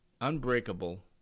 unbreakable